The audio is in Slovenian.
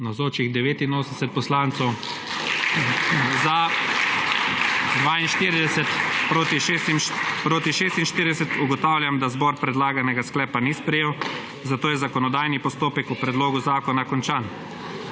46. (Za je glasovalo 42.) (Proti 46.) Ugotavljam, da zbor predlaganega sklepa ni sprejel, zato je zakonodajno postopek o predlogu zakona končan.